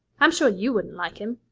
i'm sure you wouldn't like him.